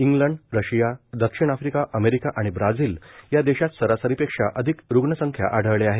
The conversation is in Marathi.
इंग्लंड रशिया दक्षिण आफ्रिका अमेरिका आणि ब्राझील या देशांत सरासरीपेक्षा अधिक रुग्णसंख्या आढळले आहेत